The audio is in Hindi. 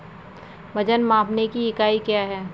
वजन मापने की इकाई क्या है?